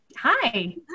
Hi